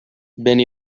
vent